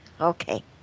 Okay